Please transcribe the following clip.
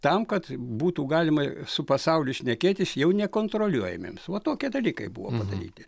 tam kad būtų galima su pasauliu šnekėtis jau nekontroliuojamiems va tokie dalykai buvo padaryti